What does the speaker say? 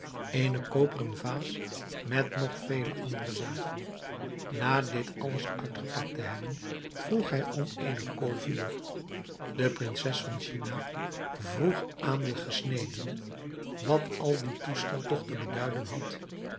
eene koperen vaas met nog vele andere zaken na dit alles uitgepakt te hebben vroeg hij om eene kool vuur de prinses van china vroeg aan den gesnedene wat al dien toestel toch te beduiden had